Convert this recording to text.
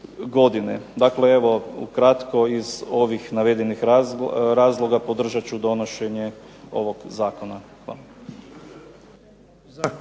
Dakle, evo ukratko iz ovih navedenih razloga podržat ću donošenje ovog zakona. Hvala.